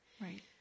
Right